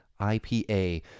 IPA